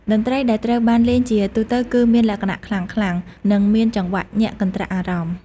តន្ត្រីដែលត្រូវបានលេងជាទូទៅគឺមានលក្ខណៈខ្លាំងៗ និងមានចង្វាក់ញាក់កន្រ្ដាក់អារម្មណ៍។